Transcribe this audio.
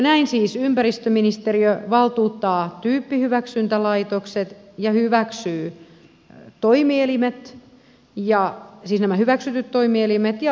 näin siis ympäristöministeriö valtuuttaa tyyppihyväksyntälaitokset ja hyväksyy toimielimet siis nämä hyväksytyt toimielimet ja laadunvalvonnan varmentajat